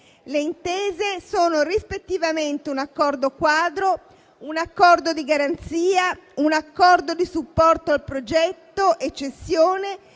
Le intese sono rispettivamente un accordo quadro, un accordo di garanzia, un accordo di supporto al progetto e cessione